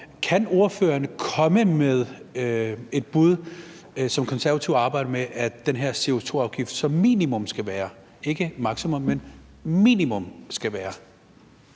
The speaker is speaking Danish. Kan ordføreren komme med et bud på, hvad Konservative arbejder med at den her CO2-afgift som minimum skal være – ikke maksimum, men som minimum skal være?